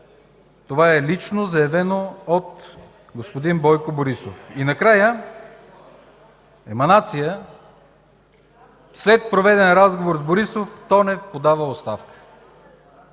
Това е лично заявено от господин Бойко Борисов. И накрая, еманация: „След проведен разговор с Борисов, Тонев подава оставка”.